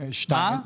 לא,